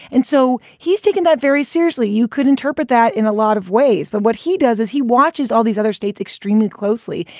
and so he's taking that very seriously. you could interpret that in a lot of ways. but what he does is he watches all these other states extremely closely.